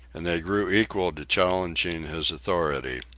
and they grew equal to challenging his authority.